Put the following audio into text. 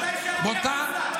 כל הזמן לגופו של אדם.